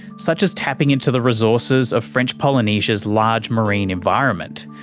such as tapping into the resources of french polynesia's large marine environment,